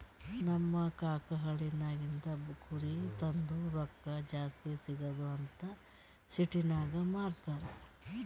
ನಮ್ ಕಾಕಾ ಹಳ್ಳಿನಾಗಿಂದ್ ಕುರಿ ತಂದು ರೊಕ್ಕಾ ಜಾಸ್ತಿ ಸಿಗ್ತುದ್ ಅಂತ್ ಸಿಟಿನಾಗ್ ಮಾರ್ತಾರ್